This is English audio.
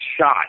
shot